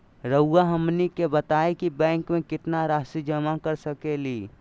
रहुआ हमनी के बताएं कि बैंक में कितना रासि जमा कर सके ली?